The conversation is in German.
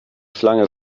schlange